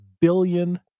billion